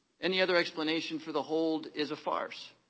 any other explanation for the hold is a farce.